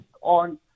on